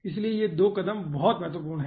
इसलिए ये 2 कदम बहुत महत्वपूर्ण है